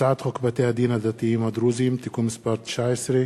הצעת חוק בתי-הדין הדתיים הדרוזיים (תיקון מס' 19),